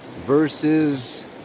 versus